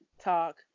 Talk